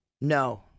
No